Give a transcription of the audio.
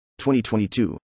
2022